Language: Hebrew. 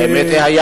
האמת היא,